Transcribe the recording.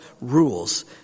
rules